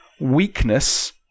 weakness